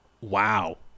wow